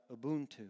Ubuntu